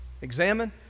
examine